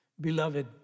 Beloved